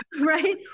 right